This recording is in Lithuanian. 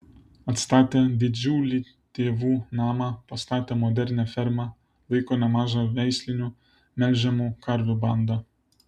atstatė didžiulį tėvų namą pastatė modernią fermą laiko nemažą veislinių melžiamų karvių bandą